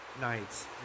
nights